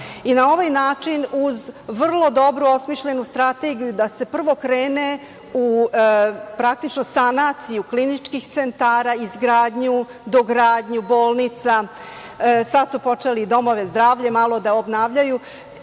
i na ovaj način, uz vrlo dobro osmišljenu strategiju da se prvo krene u praktično sanaciju kliničkih centara, izgradnju i dogradnju bolnica, sada su počeli i domove zdravlja malo da obnavljaju,